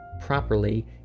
properly